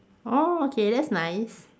orh okay that's nice